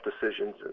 decisions